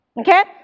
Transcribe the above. Okay